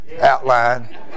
outline